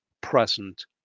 present